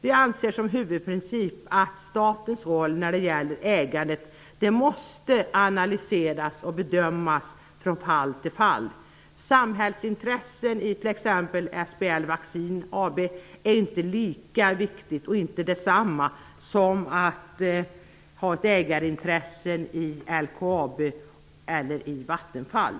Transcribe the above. Vi anser som huvudprincip att statens roll när det gäller ägande måste analyseras och bedömas från fall till fall. Samhällsintressen i t.ex. SBL Vaccin AB är inte lika viktiga och inte desamma som ägarintressen i LKAB eller i Vattenfall.